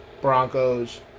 Broncos